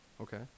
Okay